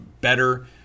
better